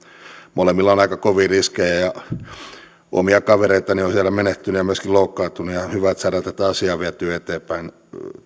molemmilla on aika kovia riskejä omia kavereitani on siellä menehtynyt ja myöskin loukkaantunut ja on hyvä että saadaan tätä asiaa vietyä eteenpäin